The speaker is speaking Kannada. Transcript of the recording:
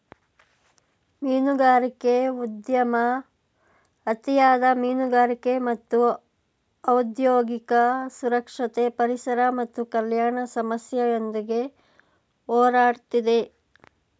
ಮೀನುಗಾರಿಕೆ ಉದ್ಯಮ ಅತಿಯಾದ ಮೀನುಗಾರಿಕೆ ಮತ್ತು ಔದ್ಯೋಗಿಕ ಸುರಕ್ಷತೆ ಪರಿಸರ ಮತ್ತು ಕಲ್ಯಾಣ ಸಮಸ್ಯೆಯೊಂದಿಗೆ ಹೋರಾಡ್ತಿದೆ